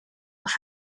will